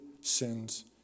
sins